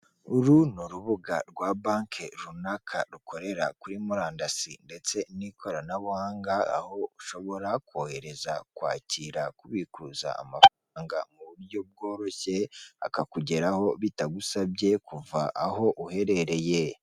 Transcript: Uru ni urubuga rwa banke runaka rukorera kuri murandasi ndetse n'ikoranabuhanga aho ushobora kohereza, kwakira, kubikuza amafaranga mu buryo bworoshye akakugeraho bitagusabye kuva aho uherereye.